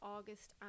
August